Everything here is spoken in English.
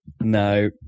No